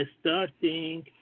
starting –